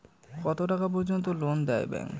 কত টাকা পর্যন্ত লোন দেয় ব্যাংক?